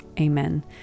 Amen